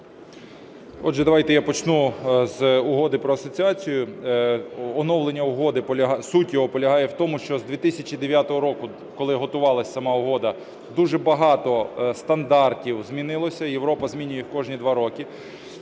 Отже, давайте я почну з Угоди про асоціацію. Оновлення угоди, суть її полягає в тому, що з 2009 року, коли готувалась сама угода, дуже багато стандартів змінилося, Європа змінює їх кожні 2 роки.